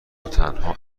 وتنها